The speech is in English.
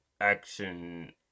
action